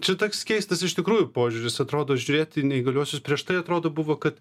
čia toks keistas iš tikrųjų požiūris atrodo žiūrėti į neįgaliuosius prieš tai atrodo buvo kad